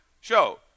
show